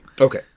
Okay